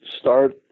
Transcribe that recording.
start